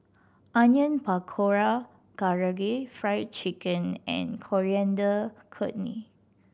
Onion Pakora Karaage Fried Chicken and Coriander Chutney